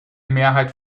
mehrheit